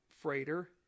freighter